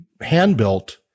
hand-built